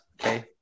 Okay